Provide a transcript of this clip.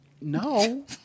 no